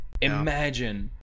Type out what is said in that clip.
imagine